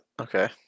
Okay